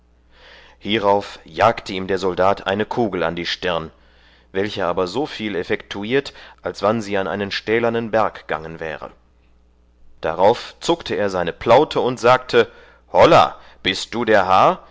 hierauf jagte ihm der soldat eine kugel an die stirn welche aber so viel effektuiert als wann sie an einen stählernen berg gangen wäre darauf zuckte er seine plaute und sagte holla bist du der